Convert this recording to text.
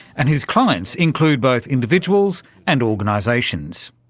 and his clients include both individuals and organisations.